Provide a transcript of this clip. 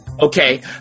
Okay